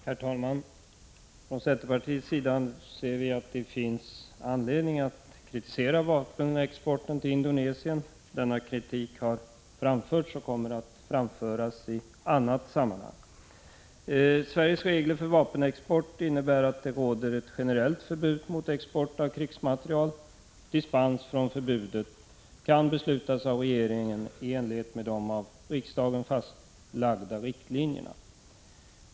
Herr talman! Från centerpartiets sida anser vi att det finns anledning att kritisera vapenexporten till Indonesien. Denna kritik har framförts och kommer att framföras i ett annat sammanhang. Sveriges regler för vapenexport innebär att det råder ett generellt förbud mot export av krigsmateriel. Dispens från förbudet kan beslutas av regeringen i enlighet med av riksdagen fastlagda riktlinjer.